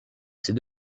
ces